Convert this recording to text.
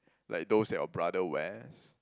like those that your brother wears